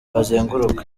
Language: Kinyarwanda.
bazenguruka